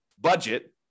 budget